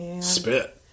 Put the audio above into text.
spit